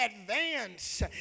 advance